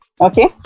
okay